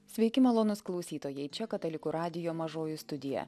sveiki malonūs klausytojai čia katalikų radijo mažoji studija